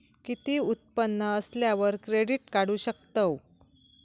किती उत्पन्न असल्यावर क्रेडीट काढू शकतव?